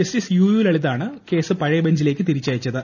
justice U U ലളിതാണ് case പഴയ ബെഞ്ചിലേക്ക് തിരിച്ചയച്ചത്